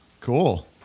Cool